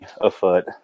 afoot